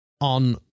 on